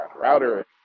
router